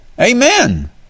Amen